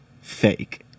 fake